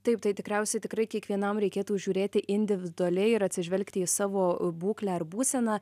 taip tai tikriausiai tikrai kiekvienam reikėtų žiūrėti individualiai ir atsižvelgti į savo būklę ar būseną